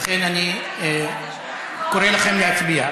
ולכן אני קורא לכם להצביע.